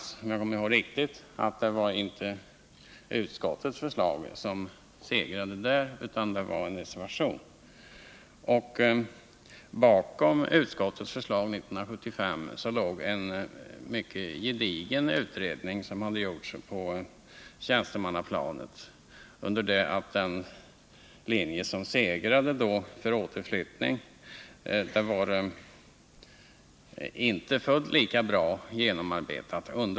Jag var alltså former, m.m. riksdagsledamot också vid den tidpunkten, och om jag inte missminner mig var det inte utskottets förslag utan en reservation som bifölls. Bakom utskottets förslag år 1975 låg en mycket gedigen utredning, som hade gjorts på tjänstemannaplanet, men underlaget för den linje för återflyttning som då segrade var inte fullt lika väl genomarbetat.